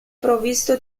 provvisto